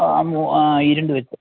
ആ ഈരണ്ട് വച്ച്